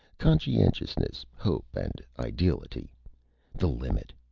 conscientiousness, hope, and ideality the limit!